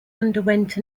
underwent